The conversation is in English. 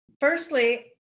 firstly